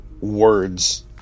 words